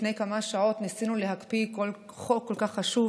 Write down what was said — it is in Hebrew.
לפני כמה שעות ניסינו להקפיא חוק כל כך חשוב,